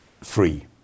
free